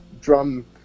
drum